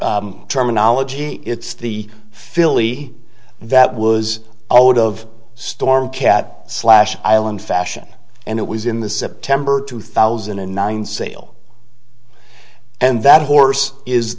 our terminology it's the filly that was owed of storm cat slash island fashion and it was in the september two thousand and nine sale and that horse is